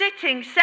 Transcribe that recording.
sitting